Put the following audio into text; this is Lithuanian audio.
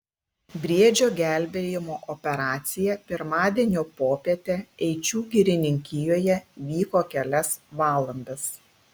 briedžio gelbėjimo operacija pirmadienio popietę eičių girininkijoje vyko kelias valandas